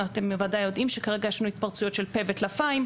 אתם בוודאי יודעים שכרגע יש לנו התפרצויות של פה וטלפיים,